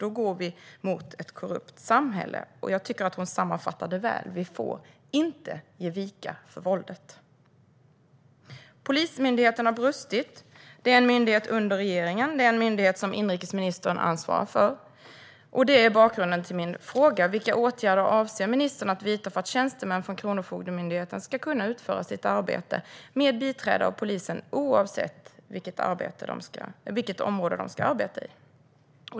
Då går vi mot ett korrupt samhälle. Jag tycker att hon sammanfattade det väl. Vi får inte ge vika för våldet. Polismyndigheten har brustit. Det är en myndighet under regeringen som inrikesministern ansvarar för. Det är bakgrunden till min fråga. Vilka åtgärder avser ministern att vidta för att tjänstemän från Kronofogdemyndigheten ska kunna utföra sitt arbete med biträde av polisen, oavsett vilket område som kronofogden ska arbeta i?